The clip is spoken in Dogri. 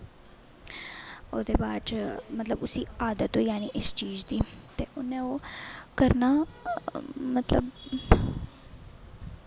ओह्दे बाद च मतलब उसी आदत होई जानी इस चीज दी ते उन्नै ओह् करना मतलब